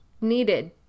needed